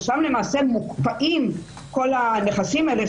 ששם למעשה מוקפאים כל הנכסים האלה,